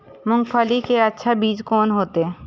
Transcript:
मूंगफली के अच्छा बीज कोन होते?